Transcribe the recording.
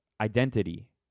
identity